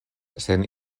sen